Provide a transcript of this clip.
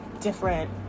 different